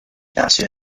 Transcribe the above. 大学